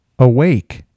Awake